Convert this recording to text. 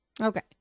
Okay